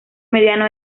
mediano